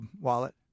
wallet